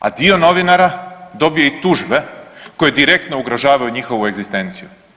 A dio novinara dobije i tužbe koje direktno ugrožavaju njihovu egzistenciju.